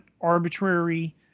arbitrary